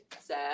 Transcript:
sir